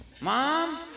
Mom